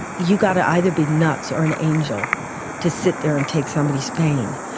you've got to either be nuts or an angel to sit there and take somebody's pain.